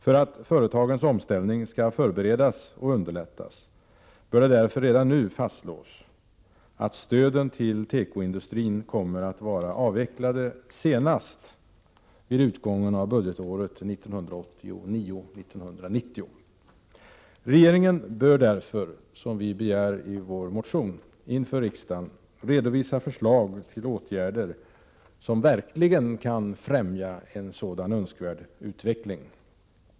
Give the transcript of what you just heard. För att företagens omställning skall förberedas och underlättas bör det därför redan nu fastslås att stöden till tekoindustrin kommer att vara avvecklade senast vid utgången av budgetåret 1989/90. Regeringen bör därför, som vi begär i vår motion, inför riksdagen redovisa förslag till åtgärder som kan främja en sådan utveckling.